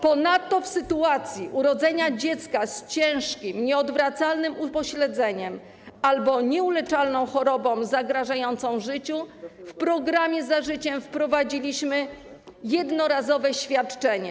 Ponadto w przypadku urodzenia dziecka z ciężkim, nieodwracalnym upośledzeniem albo nieuleczalną chorobą zagrażającą życiu dzięki programowi „Za życiem” wprowadziliśmy jednorazowe świadczenie.